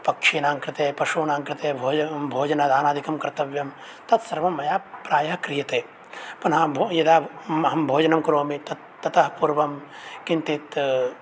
पक्षिणाङ्कृते पशूनाङ्कृते भोजन भोजनदानादिकं कर्तव्यं तत् सर्वं मया प्रायः क्रियते पुनः यदा अहं भोजनं करोमि तत् ततः पूर्वं किन्तित्